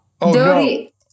Dodie